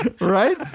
Right